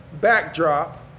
backdrop